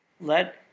let